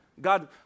God